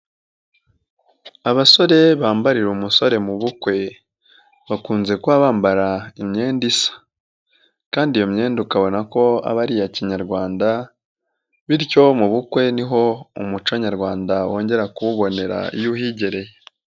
Abasore bambarira umusore mu bukwe, bakunze kuba bambara imyenda isa kandi iyo myenda ukabona ko aba ari iya Kinyarwanda, bityo mu bukwe niho umuco Nyarwanda wongera kuwubonera iyo uhigereye.